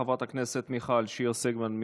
חברת הכנסת מיכל שיר סגמן,